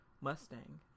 Mustang